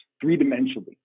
three-dimensionally